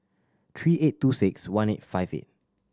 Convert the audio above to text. three eight two six one eight five eight